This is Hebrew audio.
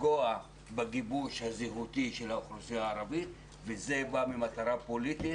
לפגוע בגיבוש הזהותי של האוכלוסייה הערבית וזה בא ממטרה פוליטית.